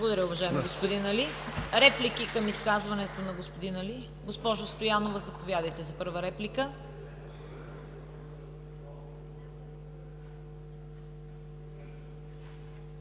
Благодаря, уважаеми господин Али. Реплики към изказването на господин Али? Госпожо Стоянова, заповядайте за първа реплика.